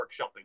workshopping